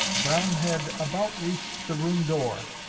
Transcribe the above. brown had about reached the room door,